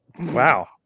Wow